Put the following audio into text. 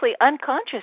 unconscious